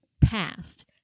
past